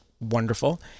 wonderful